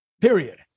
period